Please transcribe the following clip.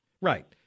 Right